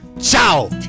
Ciao